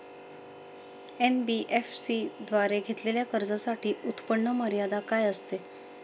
NBFC द्वारे घेतलेल्या कर्जासाठी उत्पन्न मर्यादा काय असते?